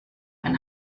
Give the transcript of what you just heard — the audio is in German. ein